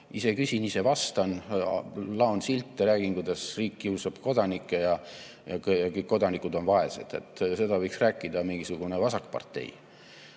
Ise küsin ja ise vastan, laon silte, räägin, kuidas riik kiusab kodanikke ja kõik kodanikud on vaesed. Seda võiks rääkida mingisugune vasakpartei,